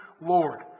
Lord